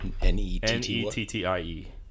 N-E-T-T-I-E